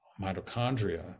mitochondria